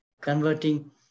converting